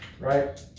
right